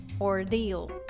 ordeal